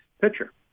pitcher